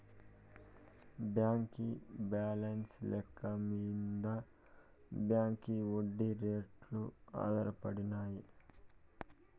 బాంకీ బాలెన్స్ లెక్క మింద బాంకీ ఒడ్డీ రేట్లు ఆధారపడినాయి